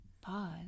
Pause